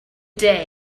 day